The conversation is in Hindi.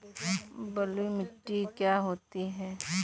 बलुइ मिट्टी क्या होती हैं?